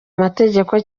amategeko